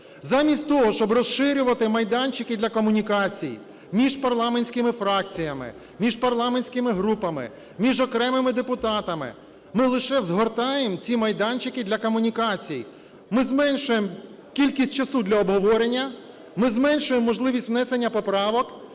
Замість того, щоби розширювати майданчики для комунікацій між парламентськими фракціями, між парламентськими групами, між окремими депутатами, ми лише згортаємо ці майданчики для комунікацій. Ми зменшуємо кількість часу для обговорення, ми зменшуємо можливість внесення поправок,